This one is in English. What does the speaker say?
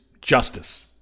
justice